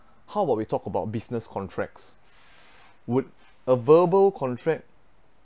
how about we talk about business contracts would a verbal contract